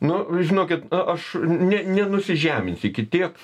nu žinokit na aš ne nenusižeminsiu iki tiek